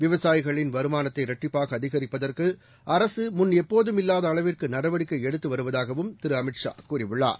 விவசாயிகளின் வருமானத்தை இரட்டிப்பாகஅதிகரிப்பதற்குஅரகமுன் எப்போதும் இல்லாதஅளவிற்குநடவடிக்கைஎடுத்துவருவதூகவும் திரு அமித்ஷாஅவர் கூறியுள்ளார்